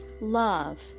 Love